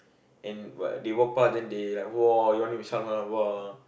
and what they walk past then they like !woah! your name is Salman !wah!